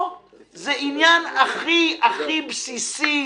פה זה העניין הכי הכי בסיסי,